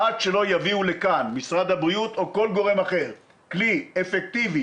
עד שמשרד הבריאות או כל גורם אחר יביא לכאן כלי אפקטיבי,